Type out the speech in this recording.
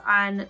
on